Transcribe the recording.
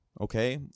okay